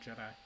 Jedi